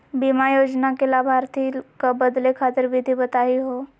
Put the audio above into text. बीमा योजना के लाभार्थी क बदले खातिर विधि बताही हो?